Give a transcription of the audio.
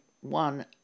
one